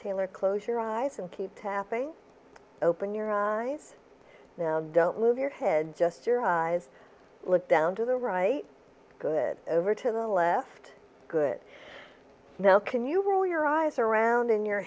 taylor closure eyes and keep tapping open your eyes now don't move your head just your eyes look down to the right good over to the left good now can you roll your eyes around in your